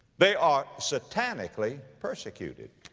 they are satanically persecuted.